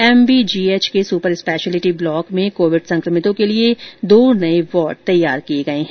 MBGH के superspeciality block में Covid संक्रमितों के लिए दो नए वार्ड तैयार किए गए हैं